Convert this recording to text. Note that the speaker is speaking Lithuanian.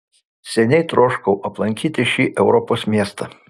seniai troškau aplankyti šį europos miestą